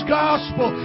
gospel